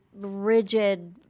rigid